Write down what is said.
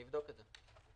אבדוק את זה.